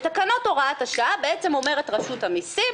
בתקנות הוראת השעה בעצם אומרת רשות המסים: